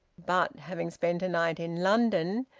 but, having spent a night in london,